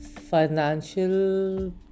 financial